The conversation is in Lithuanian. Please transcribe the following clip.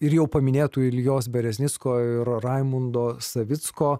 ir jau paminėtų iljos bereznicko ir raimundo savicko